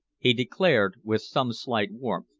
he declared with some slight warmth.